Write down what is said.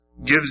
gives